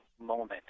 moment